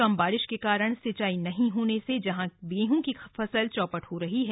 कम बारिश के कारण सिंचाई नहीं होने से जहां गेहूं की फसल चौपट हो रही है